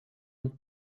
und